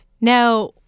Now